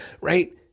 right